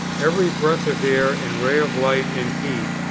every breath of air and ray of light and heat,